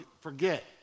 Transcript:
forget